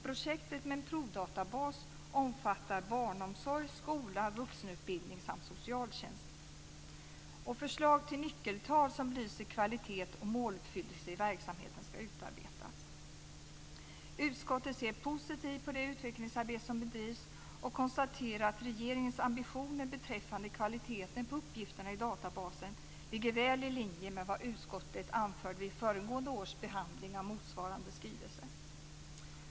Projektet med en provdatabas omfattar barnomsorg, skola, vuxenutbildning samt socialtjänst. Förslag till nyckeltal som belyser kvalitet och måluppfyllelse i verksamheten ska utarbetas. Utskottet ser positivt på det utvecklingsarbete som bedrivs och konstaterar att regeringens ambitioner beträffande kvaliteten på uppgifterna i databasen ligger väl i linje med vad utskottet anförde vid föregående års behandling av motsvarande skrivelse.